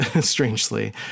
strangely